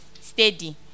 steady